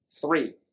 Three